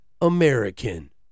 American